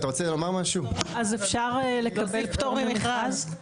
אז אפשר לקבל פטור ממכרז?